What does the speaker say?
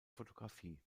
fotografie